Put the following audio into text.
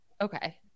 Okay